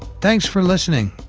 thanks for listening,